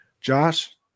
Josh